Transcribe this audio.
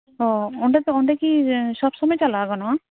ᱚ ᱚᱸᱰᱮ ᱛᱚ ᱚᱸᱰᱮ ᱠᱤ ᱥᱚᱵ ᱥᱚᱢᱚᱭ ᱪᱟᱞᱟᱣ ᱜᱟᱱᱚᱜᱼᱟ